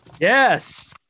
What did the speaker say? yes